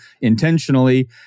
intentionally